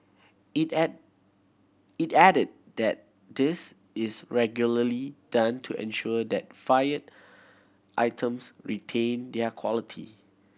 it add it added that this is regularly done to ensure that fired items retain their quality